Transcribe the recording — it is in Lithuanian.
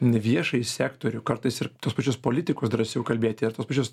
viešąjį sektorių kartais ir tuos pačius politikus drąsiau kalbėti ir tuos pačius